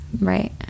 Right